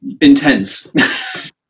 intense